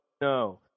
no